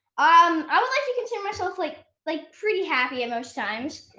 um i would like consider myself like like pretty happy most times,